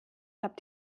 habt